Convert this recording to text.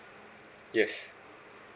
yes